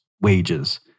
wages